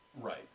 Right